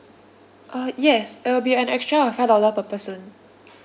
uh yes there will be an extra of five dollar per person